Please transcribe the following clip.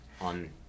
on